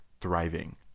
thriving